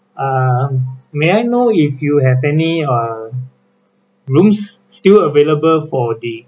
um may I know if you have any um rooms still available for the